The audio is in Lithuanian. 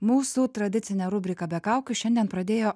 mūsų tradicinę rubriką be kaukių šiandien pradėjo